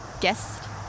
guest